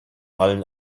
allen